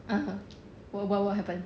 (uh huh) what what what happen